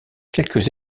quelques